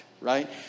Right